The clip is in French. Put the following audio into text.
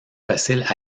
faciles